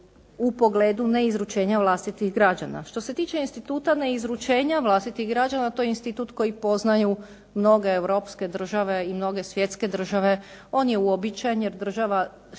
u pogledu ne izručenja vlastitih građana. Što se tiče instituta ne izručenja vlastitih građana to je institut koji poznaju mnoge europske države i mnoge svjetske države. On je uobičajen jer država štiti svoje